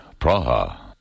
Praha